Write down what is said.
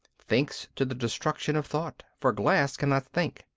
thinks to the destruction of thought for glass cannot think.